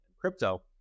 crypto